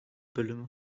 bölümü